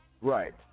Right